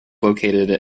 located